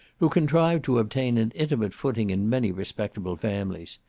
who contrived to obtain an intimate footing in many respectable families.